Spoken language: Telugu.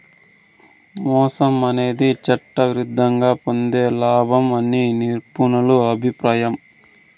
మోసం అనేది చట్టవిరుద్ధంగా పొందే లాభం అని నిపుణుల అభిప్రాయం